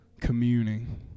communing